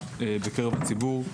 גבוהה בקרב הציבור.